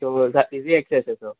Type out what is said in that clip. easy access तेचो